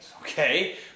okay